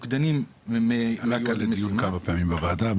המוקדנים -- המוקד הזה עלה לדיון כאן בוועדה כמה פעמים.